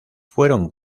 fueron